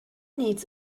needs